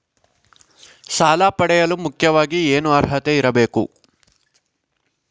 ಸಾಲ ಪಡೆಯಲು ಮುಖ್ಯವಾಗಿ ಏನು ಅರ್ಹತೆ ಇರಬೇಕು?